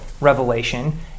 revelation